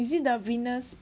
is it the venus